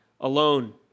alone